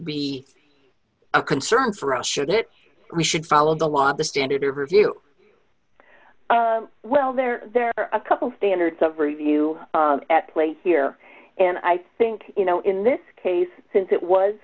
be a concern for us should it we should follow the law the standard of review well there there are a couple standards of review at play here and i think you know in this case since it was